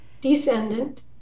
descendant